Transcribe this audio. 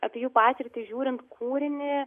apie jų patirtį žiūrint kūrinį